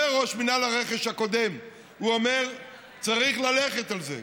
אומר ראש מינהל הרכש הקודם: צריך ללכת על זה.